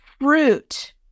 fruit